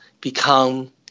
become